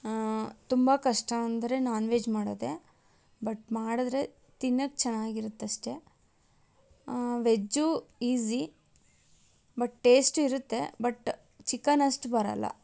ತುಂಬ ಕಷ್ಟ ಅಂದರೆ ನಾನ್ವೆಜ್ ಮಾಡೋದೇ ಬಟ್ ಮಾಡಿದರೆ ತಿನ್ನಕ್ಕೆ ಚೆನ್ನಾಗಿರುತ್ತಷ್ಟೆ ವೆಜ್ಜು ಈಸಿ ಬಟ್ ಟೇಸ್ಟ್ ಇರುತ್ತೆ ಬಟ್ ಚಿಕನಷ್ಟು ಬರೋಲ್ಲ